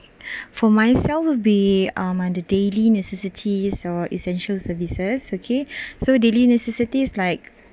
for myself would be the um the daily necessities uh essential services okay so daily necessities like